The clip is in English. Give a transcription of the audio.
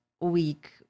week